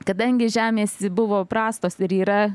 kadangi žemės buvo prastos ir yra